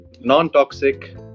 non-toxic